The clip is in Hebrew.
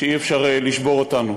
שאי-אפשר לשבור אותנו,